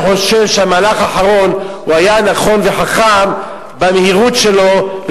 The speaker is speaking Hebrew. אני חושב שהמהלך האחרון היה נכון וחכם במהירות שלו,